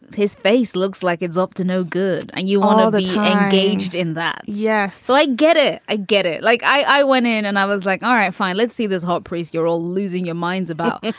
his face looks like it's up to no good. and you all know the engaged in that. yeah. so i get it. i get it. like i went in and i was like, all right, fine. let's see this hot priest. you're all losing your minds about it.